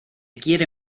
quiere